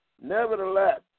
Nevertheless